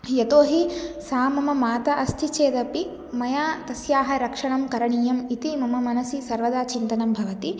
यतो हि सा मम माता अस्ति चेदपि मया तस्याः रक्षणं करणीयम् इति मम मनसि सर्वदा चिन्तनं भवति